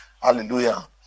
Hallelujah